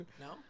No